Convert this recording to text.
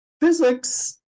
physics